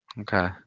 Okay